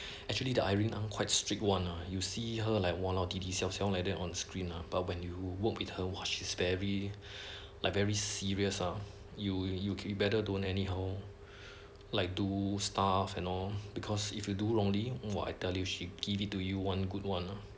actually the irene ang quite strict one ah you see her like !walao! 弟弟小小 like on screen but when you work with her !wah! she's very like very serious ah you you you you better don't anyhow like do stuff and all because if you do wrongly before I tell you she give it to you one good one